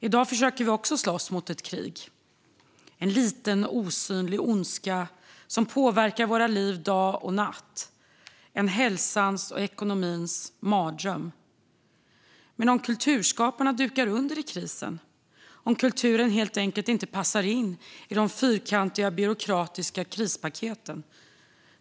I dag försöker vi också slåss i ett krig mot en osynligt liten ondska som påverkar våra liv dag och natt, en hälsans och ekonomins mardröm. Men om kulturskaparna dukar under i krisen? Om kulturen helt enkelt inte passar in i de fyrkantiga byråkratiska krispaketen?